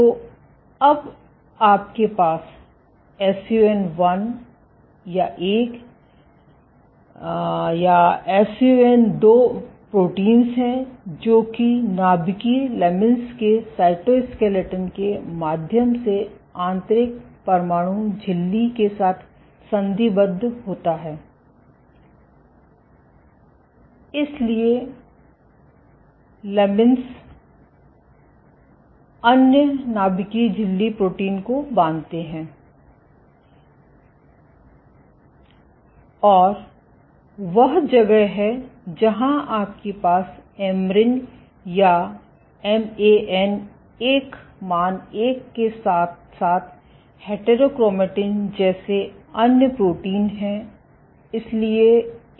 तो अब आपके एसयूएन 1 या एसयूएन 2 प्रोटीन्स हैं जो कि नाभिकीय लमीन्स के साइटोस्केलेटन के माध्यम से आंतरिक नाभिक झिल्ली के साथ संधिबद्ध होता है इसलिए लमीन्स अन्य नाभिकीय झिल्ली प्रोटीन को बांधते हैं और वह जगह है जहां आपके पास एमरीन या MAN1 के साथ साथ हेटरोक्रोमैटिन जैसे अन्य प्रोटीन हैं